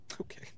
Okay